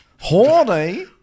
horny